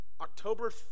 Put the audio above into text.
October